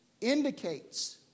indicates